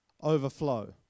overflow